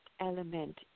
element